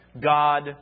God